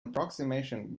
approximation